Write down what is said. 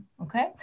okay